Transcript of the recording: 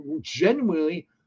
genuinely